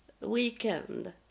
weekend